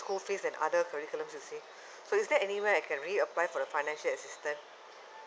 school fees and other curriculums you see so is there any way I can reapply for the financial assistance